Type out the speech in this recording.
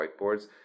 whiteboards